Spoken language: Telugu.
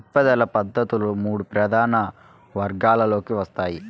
ఉత్పాదక పద్ధతులు మూడు ప్రధాన వర్గాలలోకి వస్తాయి